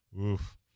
Oof